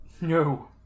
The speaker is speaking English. No